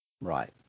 Right